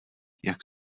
jak